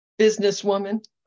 Businesswoman